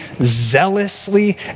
zealously